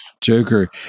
joker